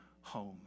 home